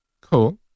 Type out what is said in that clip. cool